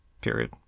Period